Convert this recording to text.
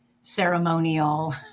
ceremonial